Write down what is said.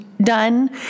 done